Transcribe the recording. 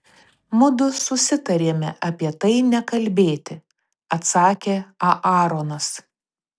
mudu susitarėme apie tai nekalbėti atsakė aaronas